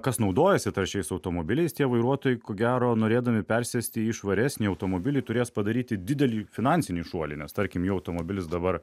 kas naudojasi taršiais automobiliais tie vairuotojai ko gero norėdami persėsti į švaresnį automobilį turės padaryti didelį finansinį šuolį nes tarkim jų automobilis dabar